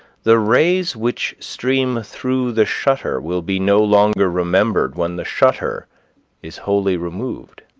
the rays which stream through the shutter will be no longer remembered when the shutter is wholly removed.